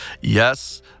Yes